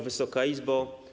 Wysoka Izbo!